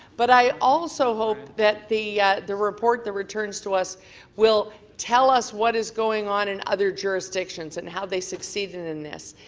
but i also hope that the the report that returns to us will tell us what is going on in other jurisdictions and how they succeeded in this.